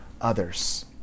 others